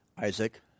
Isaac